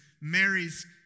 Mary's